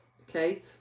Okay